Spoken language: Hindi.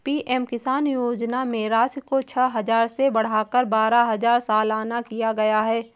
पी.एम किसान योजना में राशि को छह हजार से बढ़ाकर बारह हजार सालाना किया गया है